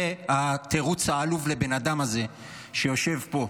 זה התירוץ העלוב לבן אדם הזה שיושב פה.